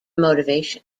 motivation